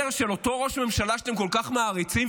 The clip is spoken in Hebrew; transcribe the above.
של אותו ראש ממשלה שאתם כל כך מעריצים,